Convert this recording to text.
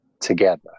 together